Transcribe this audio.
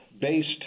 based